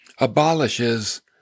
abolishes